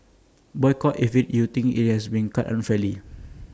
boycott IT if you think IT has been cut unfairly